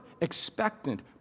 expectant